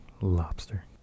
lobster